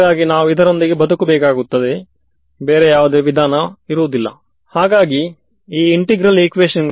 ನಂಬರಿನ ತರಹ ಎಂಬುದು ತಿಳಿದಿದೆ ಬೇರೆ ಯಾವ ತರ ಇದೆ ಎಂಬುದು ತಿಳಿದಿಲ್ಲ ವಿದ್ಯಾರ್ಥಿಸಂಖ್ಯಾತ್ಮಕವಾಗಿ ಸಂಖ್ಯಾತ್ಮಕ ವಾಗಿ ಸರಿ